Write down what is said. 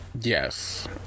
yes